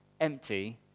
empty